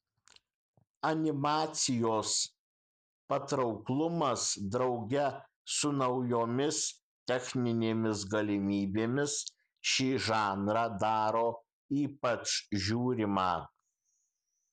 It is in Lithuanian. animacijos patrauklumas drauge su naujomis techninėmis galimybėmis šį žanrą daro ypač žiūrimą